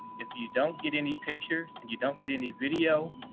if you don't get any pictures and you don't get any video,